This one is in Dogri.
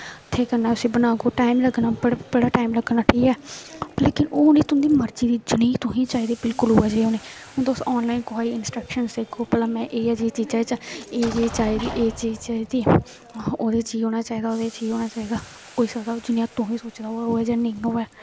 केह् करना बनागो टाइम लगना बड़ा टाइम लग्गना ठीक ऐ पर लेकिन ओह् होनी तुंदी मर्जी दी जनेही तुसेंगी चाहिदी बिल्कुल उऐ जेही होनी हून तुस आनॅलाइन कुसैगी इंस्ट्रकशन देगो भला में इयै जेही चीजां च एह् चीज चाहिदी एह् चीज चाहिदी ओहदे च एह् होना चाहिदा ओहदे च एह् होना चाहिदा होई सकदा जियां तुसें सोचे दा होऐ जां नेईं होऐ